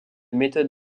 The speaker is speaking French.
méthode